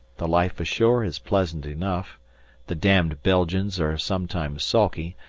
the life ashore is pleasant enough the damned belgians are sometimes sulky,